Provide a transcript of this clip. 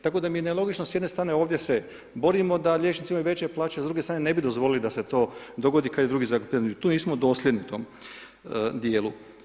Tako da mi je nelogično s jedne strane, ovdje se borimo da liječnici imaju veće plaće, s druge strane ne bi dozvolili da se to dogodi … tu nismo dosljedni tome dijelu.